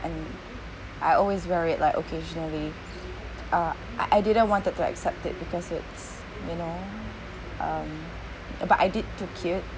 and I always wear it like occasionally uh I I didn't wanted to accept it because it's you know um but I did took it